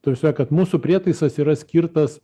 tiesiog kad mūsų prietaisas yra skirtas